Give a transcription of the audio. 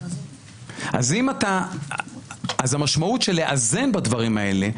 אז המשמעות של לאזן בדברים האלה,